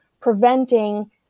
preventing